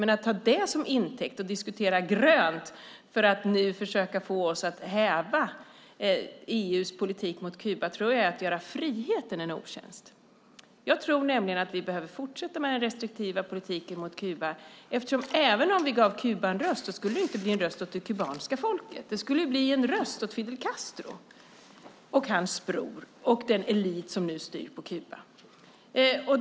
Men att ta det som intäkt och diskutera grönt för att försöka få oss att häva EU:s politik mot Kuba tror jag är att göra friheten en otjänst. Jag tror nämligen att vi behöver fortsätta med den restriktiva politiken mot Kuba, för även om vi gav Kuba en röst skulle det inte bli en röst åt det kubanska folket utan en röst åt Fidel Castro, hans bror och den elit som nu styr på Kuba.